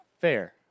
Fair